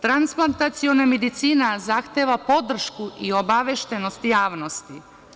Transplantaciona medicina zahteva podršku i obaveštenost javnosti.